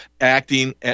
acting